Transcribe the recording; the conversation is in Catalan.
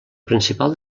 principal